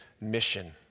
mission